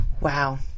wow